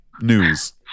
news